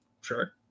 Sure